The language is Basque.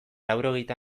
laurogeita